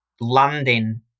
landing